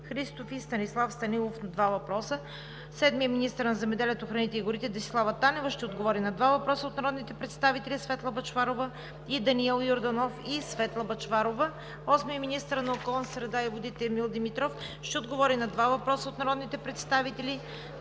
Христов; и Станислав Станилов (два въпроса). 7. Министърът на земеделието, храните и горите Десислава Танева ще отговори на два въпроса от народните представители Светла Бъчварова и Даниел Йорданов; и Светла Бъчварова. 8. Министърът на околната среда и водите Емил Димитров ще отговори на два въпроса от народните представители